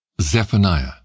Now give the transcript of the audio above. Zephaniah